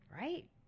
right